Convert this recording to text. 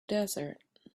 desert